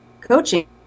coaching